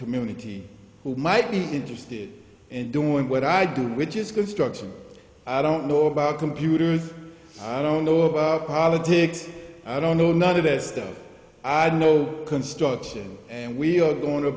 community who might be interested in doing what i do which is construction i don't know about computers i don't know about politics i don't know none of that stuff i don't know construction and we are going to